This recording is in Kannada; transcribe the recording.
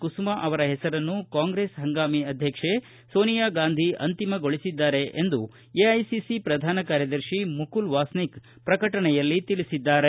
ಕುಸುಮಾ ಅವರ ಹೆಸರನ್ನು ಕಾಂಗ್ರೆಸ್ ಹಂಗಾಮಿ ಅಧ್ಯಕ್ಷೆ ಸೋನಿಯಾಗಾಂಧಿ ಅಂತಿಮಗೊಳಿಸಿದ್ದಾರೆ ಎಂದು ಎಐಸಿಸಿ ಪ್ರಧಾನ ಕಾರ್ಯದರ್ಶಿ ಮುಕುಲ್ ವಾಸ್ನಿಕ್ ಪ್ರಕಟಣೆಯಲ್ಲಿ ತಿಳಿಸಿದ್ದಾರೆ